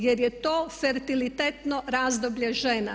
Jer je to fertilitetno razdoblje žena.